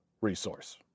resource